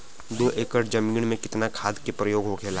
दो एकड़ जमीन में कितना खाद के प्रयोग होखेला?